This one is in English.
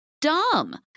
dumb